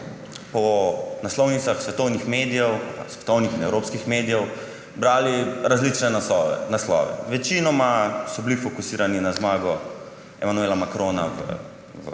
po naslovnicah svetovnih in evropskih medijev brali različne naslove. Večinoma so bili fokusirani na zmago Emmanuela Macrona v